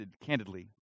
candidly